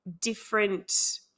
different